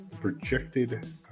projected